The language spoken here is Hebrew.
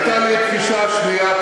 הייתה לי פגישה שנייה,